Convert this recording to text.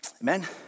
Amen